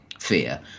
fear